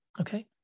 Okay